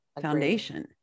foundation